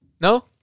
No